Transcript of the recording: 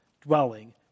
dwelling